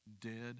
Dead